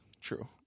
True